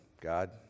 God